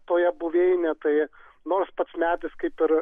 toje buveinėje tai nors pats medis kaip ir